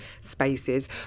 spaces